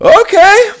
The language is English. Okay